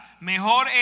Mejor